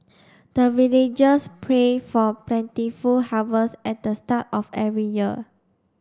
the villagers pray for plentiful harvest at the start of every year